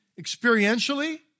Experientially